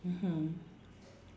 mmhmm